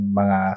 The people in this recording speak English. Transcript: mga